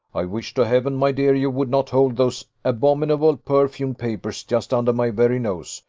i wish to heaven, my dear, you would not hold those abominable perfumed papers just under my very nose.